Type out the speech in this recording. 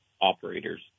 operators